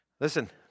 Listen